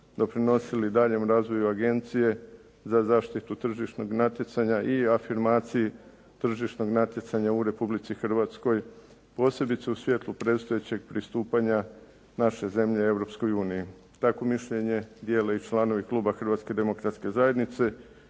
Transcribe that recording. doprinosili daljnjem razvoju Agencije za zaštitu tržišnog natjecanja i afirmaciji tržišnog natjecanja u Republici Hrvatskoj, posebice u svjetlu predstojećeg pristupanja naše zemlje Europskoj uniji. Takvo mišljenje dijele i članovi kluba Hrvatske demokratske zajednice